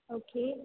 okay